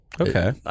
Okay